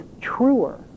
truer